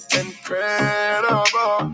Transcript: incredible